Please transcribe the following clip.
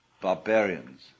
barbarians